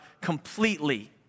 completely